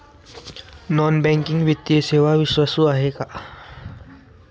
Non banking वित्तीय सेवा विश्वासू आहेत का?